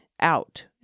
Out